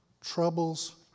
troubles